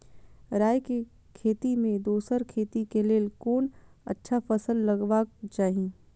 राय के खेती मे दोसर खेती के लेल कोन अच्छा फसल लगवाक चाहिँ?